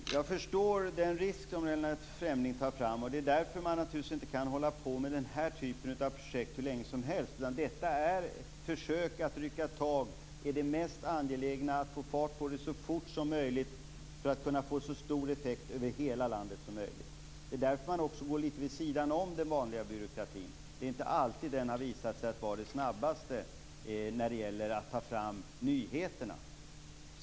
Fru talman! Jag förstår den risk som Lennart Fremling för fram. Det är därför man naturligtvis inte kan hålla på med den här typen av projekt hur länge som helst. Detta är försök att rycka tag i det mest angelägna och få fart på det så fort som möjligt för att kunna få så stor effekt som möjligt över hela landet. Det är därför man också går litet vid sidan av den vanliga byråkratin. Det är inte alltid den har visat sig vara snabbast när det gällt att ta fram nyheterna.